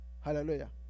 Hallelujah